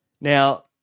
Now